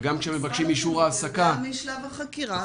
וגם כשמבקשים אישור העסקה --- משרד החינוך יודע משלב החקירה,